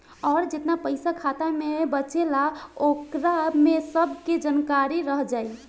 अउर जेतना पइसा खाता मे बचेला ओकरा में सब के जानकारी रह जाइ